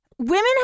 Women